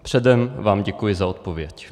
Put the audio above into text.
Předem vám děkuji za odpověď.